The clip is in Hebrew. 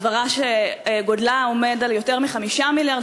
העברה שגודלה עומד על יותר מ-5 מיליארד,